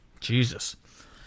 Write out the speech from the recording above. Jesus